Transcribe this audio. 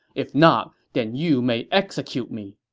if not, then you may execute me.